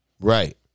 Right